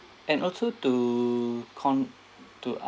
and also to con~ to